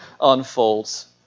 unfolds